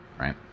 right